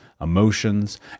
emotions